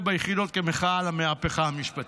ביחידות כמחאה על המהפכה המשפטית,